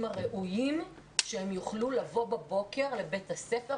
הראויים שהם יוכלו לבוא בבוקר לבית הספר.